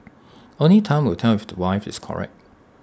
only time will tell if the wife is correct